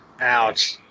Ouch